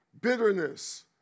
Bitterness